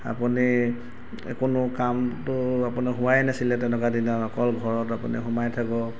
আপুনি কোনো কামটো আপোনাৰ হোৱাই নাছিলে তেনেকুৱা দিনত অকল ঘৰত আপুনি সোমাই থাকক